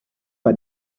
bei